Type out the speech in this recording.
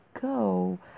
go